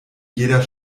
jeder